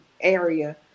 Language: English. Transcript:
area